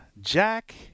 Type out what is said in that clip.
Jack